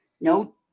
no